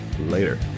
Later